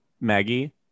Maggie